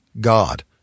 God